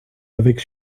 avec